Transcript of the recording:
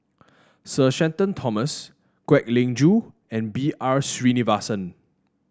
Sir Shenton Thomas Kwek Leng Joo and B R Sreenivasan